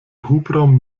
hubraum